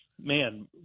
man